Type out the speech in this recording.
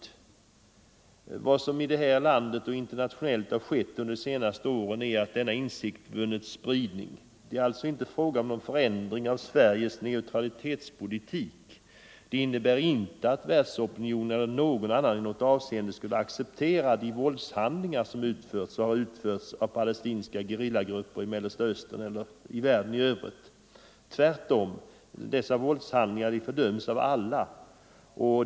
— Mellersta Östern, Vad som i detta land och internationellt har skett under de senaste åren — m.m. är att denna insikt vunnit spridning. Det är alltså inte fråga om någon förändring av Sveriges neutralitetspolitik. Det innebär inte att världsopinionen eller någon annan opinion i något avseende skulle acceptera de våldshandlingar som utförs och har utförts av palestinska gerillagrupper i Mellersta Östern eller på andra håll i världen. Tvärtom, dessa våldshandlingar fördöms av alla.